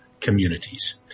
communities